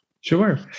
Sure